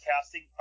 casting